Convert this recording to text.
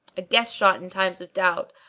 a guess shot in times of doubt,